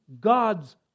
God's